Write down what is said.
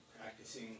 practicing